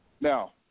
now